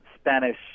Spanish